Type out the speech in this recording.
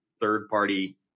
third-party